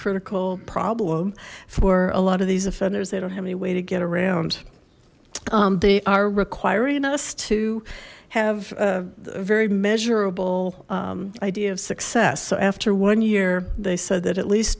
critical problem for a lot of these offenders they don't have any way to get around they are requiring us to have a very measurable idea of success so after one year they that at least